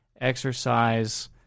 exercise